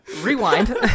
rewind